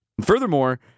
Furthermore